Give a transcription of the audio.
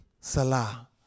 Salah